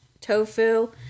tofu